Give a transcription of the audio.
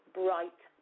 bright